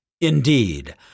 Indeed